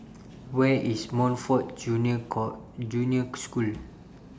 Where IS Montfort Junior Junior School